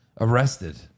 arrested